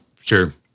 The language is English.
Sure